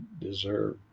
deserve